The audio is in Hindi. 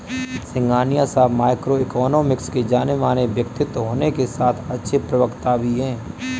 सिंघानिया साहब माइक्रो इकोनॉमिक्स के जानेमाने व्यक्तित्व होने के साथ अच्छे प्रवक्ता भी है